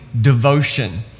devotion